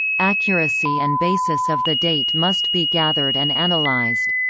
accuracy and basis of the date must be gathered and analyzed.